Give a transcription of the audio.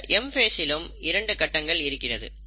இந்த M ஃபேசிலும் இரண்டு கட்டங்கள் இருக்கிறது